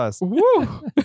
Woo